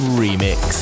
remix